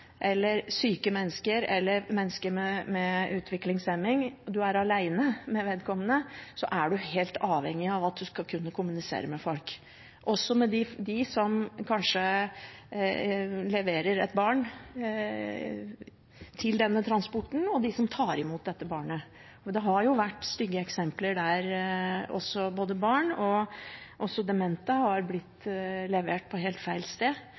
med vedkommende, er du helt avhengig av å kunne kommunisere med folk, også med dem som kanskje leverer et barn til denne transporten, og dem som tar imot dette barnet. Det har vært stygge eksempler på at både barn og demente har blitt levert på helt feil sted,